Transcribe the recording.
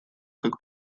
как